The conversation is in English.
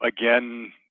Again